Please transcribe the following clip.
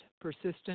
persistent